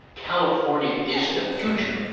california is the future.